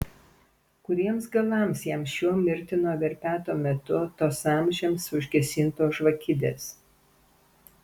kuriems galams jam šiuo mirtino verpeto metu tos amžiams užgesintos žvakidės